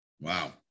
Wow